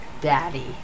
Daddy